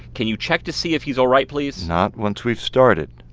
can you check to see if he's all right, please? not once we've started.